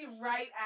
right